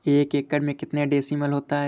एक एकड़ में कितने डिसमिल होता है?